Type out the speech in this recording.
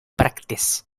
practice